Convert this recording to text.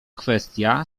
kwestia